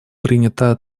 принята